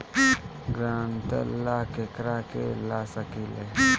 ग्रांतर ला केकरा के ला सकी ले?